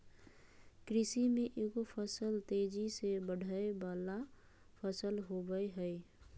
कृषि में एगो फसल तेजी से बढ़य वला फसल होबय हइ